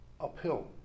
uphill